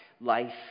life